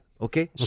Okay